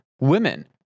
women